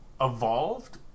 evolved